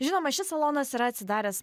žinoma šis salonas yra atsidaręs